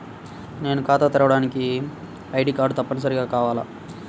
నేను ఖాతా తెరవడానికి ఐ.డీ కార్డు తప్పనిసారిగా కావాలా?